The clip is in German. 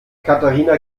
katharina